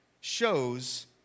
shows